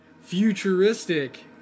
Futuristic